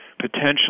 potentially